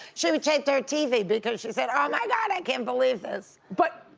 she retaped her tv because she said, oh my god, i can't believe this. but,